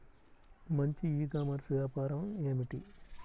మంచి e commerce వ్యాపారం ఏమిటీ?